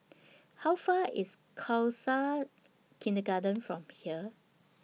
How Far away IS Khalsa Kindergarten from here